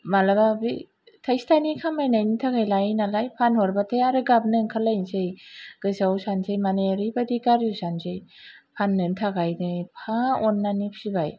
मालाबा थाइसे थाइनै खामायनायनि थाखाय लायो नालाय फानहरबाथाय आरो गाबनो ओंखारलायनोसै गोसोआव सानसै माने ओरैबादि गारजि सानसै फाननो थाखायनो एफा अननानै फिबाय